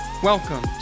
Welcome